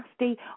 nasty